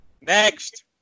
Next